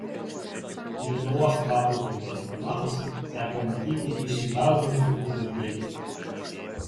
lietuvos paplūdimio čempionatuose teko matyti išsidažiusių žaidėjų